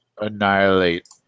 annihilate